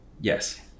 Yes